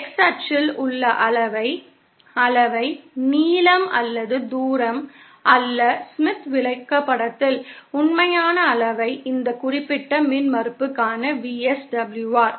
x அச்சில் உள்ள அளவை அளவை நீளம் அல்லது தூரம் அல்ல ஸ்மித் விளக்கப்படத்தில் உண்மையான அளவை இந்த குறிப்பிட்ட மின்மறுப்புக்கான VSWR